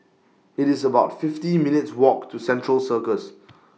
IT IS about fifty minutes' Walk to Central Circus